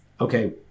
okay